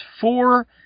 four